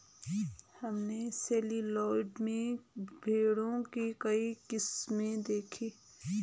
हमने सेलयार्ड में भेड़ों की कई किस्में देखीं